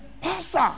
Pastor